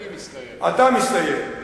אני מסתייג.